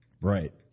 Right